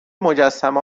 مجسمه